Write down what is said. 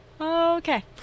Okay